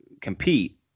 compete